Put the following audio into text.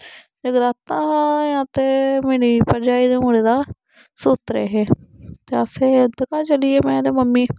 जगराता हा ते मेरी भरजाई दे मुड़े दा सूत्तरे हे ते अस उन्दे घर चली गे में ते मम्मी